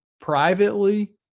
Privately